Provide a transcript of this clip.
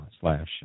slash